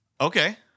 Okay